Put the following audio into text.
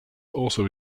also